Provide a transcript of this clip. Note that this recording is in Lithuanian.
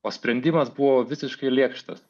o sprendimas buvo visiškai lėkštas